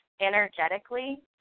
energetically